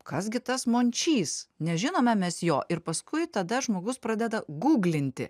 kas gi tas mončys nežinome mes jo ir paskui tada žmogus pradeda guglinti